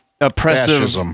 oppressive